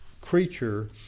creature